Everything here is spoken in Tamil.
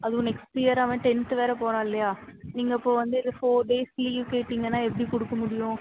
அதுவும் நெக்ஸ்ட் இயர் அவன் டென்த் வேறு போகறான் இல்லையா நீங்கள் இப்போ வந்து ஃபோர் டேஸ் லீவ் கேட்டிங்கன்னா எப்படி கொடுக்க முடியும்